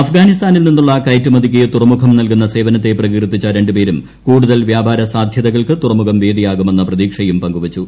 അഫ്ഗാനിസ്ഥാനിൽ നിന്നുള്ള കയറ്റുമതിക്ക് തുറമുഖം നൽകുന്ന സേവനത്തെ പ്രകീർത്തിച്ച രണ്ടുപേരും കൂടുതൽ വ്യാപാര സാധ്യതകൾക്ക് തുറമുഖം വേദിയാകുമെന്ന പ്രതീക്ഷയും പങ്കുവച്ചു